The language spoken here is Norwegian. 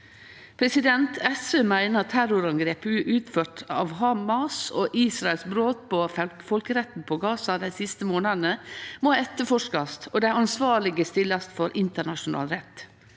av jødar. SV meiner terrorangrepet utført av Hamas og Israels brot på folkeretten i Gaza dei siste månadene må etterforskast og dei ansvarlege stillast for internasjonal rett.